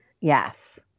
Yes